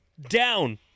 down